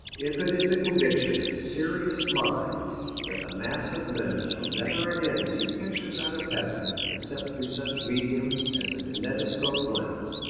if it is the conviction of serious minds that the mass of men shall never again see pictures out of heaven except through such mediums as the kinetoscope lens,